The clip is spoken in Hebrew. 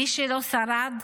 מי שלא שרד,